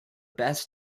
best